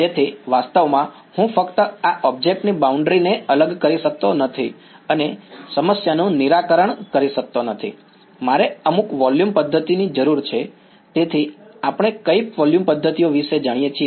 તેથી વાસ્તવમાં હું ફક્ત આ ઑબ્જેક્ટ ની બાઉન્ડ્રી ને અલગ કરી શકતો નથી અને સમસ્યાનું નિરાકરણ કરી શકતો નથી મારે અમુક વોલ્યુમ પદ્ધતિની જરૂર છે તેથી આપણે કઈ વોલ્યુમ પદ્ધતિઓ વિશે જાણીએ છીએ